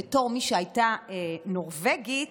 בתור מי שהייתה נורבגית,